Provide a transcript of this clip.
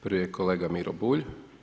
Prvi je kolega Miro Bulj.